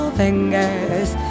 fingers